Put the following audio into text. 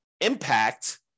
impact